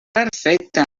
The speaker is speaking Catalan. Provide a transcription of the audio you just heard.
perfecte